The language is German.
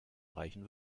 reichen